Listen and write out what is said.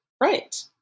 Right